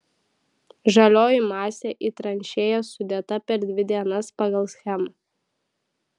žalioji masė į tranšėjas sudėta per dvi dienas pagal schemą